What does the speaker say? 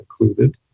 included